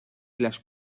las